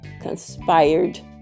conspired